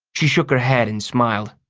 she shook her head and smiled.